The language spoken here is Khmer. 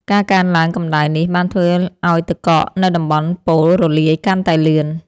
ការកើនឡើងកម្ដៅនេះបានធ្វើឱ្យទឹកកកនៅតំបន់ប៉ូលរលាយកាន់តែលឿន។